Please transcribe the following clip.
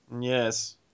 Yes